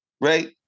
right